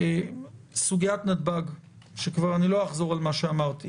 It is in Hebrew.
סוגית נתב"ג אני לא אחזור על מה שאמרתי,